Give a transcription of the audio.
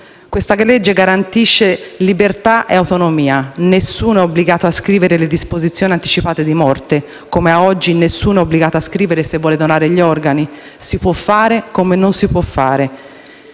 esame garantisce libertà e autonomia: nessuno è obbligato a scrivere le disposizioni anticipate di morte, come ad oggi nessuno è obbligato a scrivere se vuole donare gli organi, perché si può fare, come non fare.